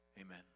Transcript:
amen